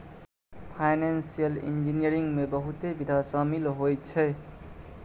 financial engineering में बहुते विधा शामिल होइ छै